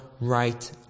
right